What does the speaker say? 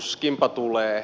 tuskinpa tulee